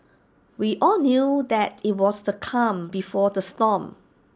we all knew that IT was the calm before the storm